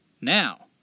Now